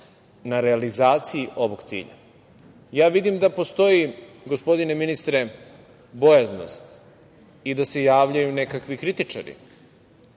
na realizaciji ovog cilja. Vidim da postoji, gospodine ministre, bojaznost i da se javljaju nekakvi kritičari.